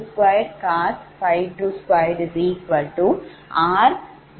782620